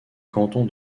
canton